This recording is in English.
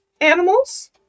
animals